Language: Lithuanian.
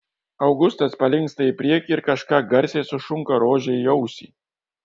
augustas palinksta į priekį ir kažką garsiai sušunka rožei į ausį